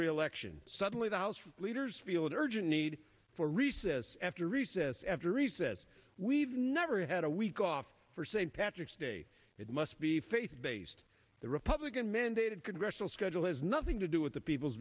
re election suddenly the house leaders field urgent need for recess after recess after recess we've never had a week off for st patrick's day it must be faith based the republican mandated congressional schedule has nothing to do with the people's